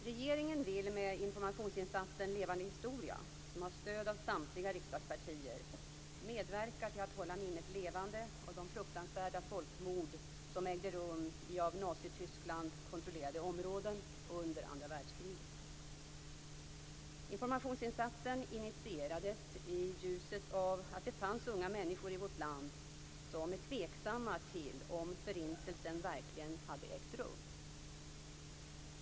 Regeringen vill med informationsinsatsen Levande historia, som har stöd av samtliga riksdagspartier, medverka till att hålla minnet levande av de fruktansvärda folkmord som ägde rum i av Nazityskland kontrollerade områden under andra världskriget. Informationsinsatsen initierades i ljuset av att det fanns unga människor i vårt land som var tveksamma till om Förintelsen verkligen hade ägt rum.